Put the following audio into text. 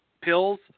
pills